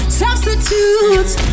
substitutes